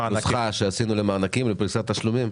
נוסחה שעשינו למענקים, לפריסת תשלומים.